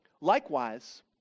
Likewise